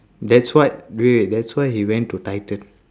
that's what wait wait that's why he went to titan